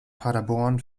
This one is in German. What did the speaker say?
paderborn